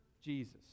Jesus